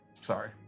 Sorry